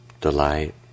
delight